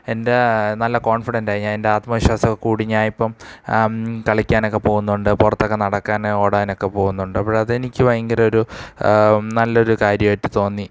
എൻ്റെ നല്ല കോണ്ഫിടെന്റ്റായി ഞാൻ എൻ്റെ ആത്മവിശാസമൊക്കെ കൂടി ഞാനിപ്പോള് കളിക്കാനൊക്കെ പോകുന്നുണ്ട് പുറത്തൊക്കെ നടക്കാനും ഓടാനൊക്കെ പോകുന്നുണ്ട് ആപ്പോഴതെനിക്ക് ഭയങ്കര ഒരു നല്ലൊരു കാര്യമായിട്ട് തോന്നി